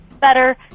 better